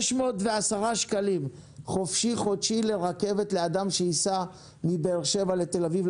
610 שקלים חופשי חודשי לרכבת לאדם שייסע מבאר שבע לעבוד בתל אביב.